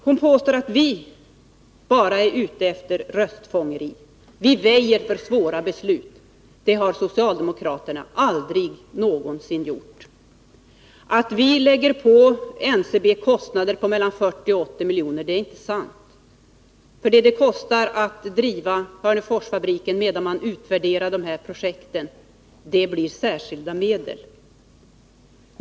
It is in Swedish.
Hon påstår att vi bara är ute efter röstfångeri, att vi väjer för svåra beslut. Det har socialdemokraterna aldrig någonsin gjort. Det är inte sant att vi lägger på NCB kostnader på mellan 40 och 80 miljoner. Kostnaden för att driva Hörneforsfabriken medan det hela utvärderas skall tas av särskilda medel.